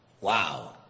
Wow